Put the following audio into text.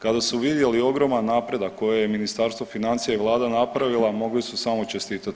Kada su vidjeli ogroman napredak koje je Ministarstvo financija i Vlada napravila mogli su samo čestitati